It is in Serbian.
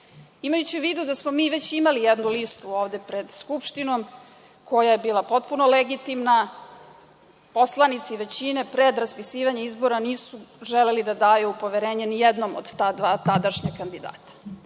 Imajući u vidu da smo mi već imali jednu listu ovde pred Skupštinom, koja je bila potpuno legitimna, poslanici većine pred raspisivanje izbora nisu želeli da daju poverenje nijednom od ta dva tadašnja kandidata.